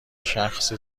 شخص